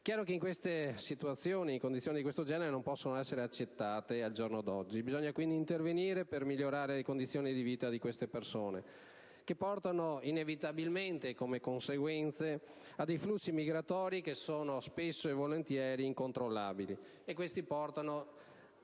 chiaro che situazioni di questo genere non possono essere accettate al giorno d'oggi; bisogna quindi intervenire per migliorare le condizioni di vita di queste persone, che portano inevitabilmente, come conseguenze, a dei flussi migratori che sono spesso incontrollabili.